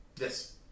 Yes